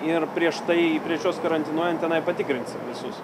ir prieš tai prieš juos karantinuojant tenai patikrinsim visus